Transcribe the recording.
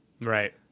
Right